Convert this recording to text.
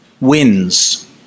wins